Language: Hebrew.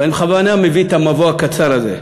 ואני בכוונה מביא את המבוא הקצר הזה,